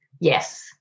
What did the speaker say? yes